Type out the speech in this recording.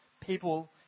people